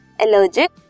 allergic